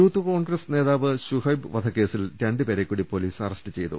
youth Congress നേതാവ് ശുഹൈബ് വധക്കേസിൽ രണ്ടു പേരെ കൂടി പൊലീസ് അറസ്റ്റു ചെയ്തു